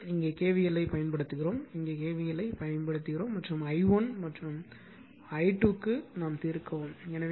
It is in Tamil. எனவே இங்கே KVL ஐப் பயன்படுத்துங்கள் இங்கே KVL ஐப் பயன்படுத்துங்கள் மற்றும் i1 and i2 க்கு தீர்க்கவும்